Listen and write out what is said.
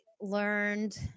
learned